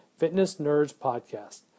fitnessnerdspodcast